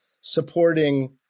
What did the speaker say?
supporting